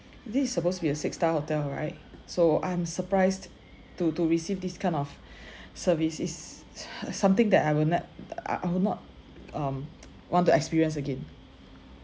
this is supposed to be a six star hotel right so I'm surprised to to receive this kind of service is something that I will not I I would not um want to experience again